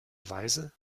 weise